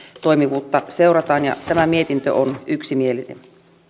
toimivuutta seurataan ja tämä mietintö on yksimielinen